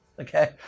Okay